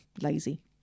Lazy